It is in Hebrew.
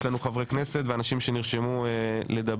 יש לנו חברי כנסת ואנשים שנרשמו לדבר.